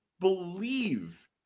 believe